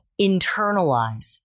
internalize